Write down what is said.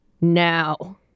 Now